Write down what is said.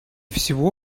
всего